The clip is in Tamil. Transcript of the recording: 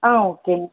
ஆ ஓகேங்க